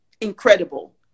Incredible